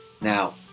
now